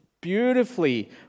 beautifully